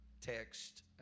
text